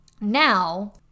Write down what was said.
now